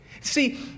See